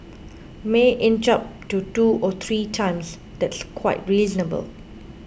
may inch up to two or three times that's quite reasonable